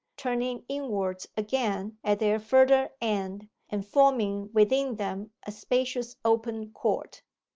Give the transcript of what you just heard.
turning inwards again at their further end, and forming within them a spacious open court,